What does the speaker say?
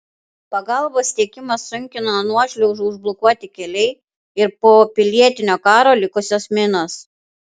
pagalbos tiekimą sunkina nuošliaužų užblokuoti keliai ir po pilietinio karo likusios minos